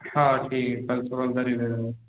হ্যাঁ ঠিক আছে কাল সকাল ধারেই বেরোব